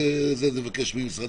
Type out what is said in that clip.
משרד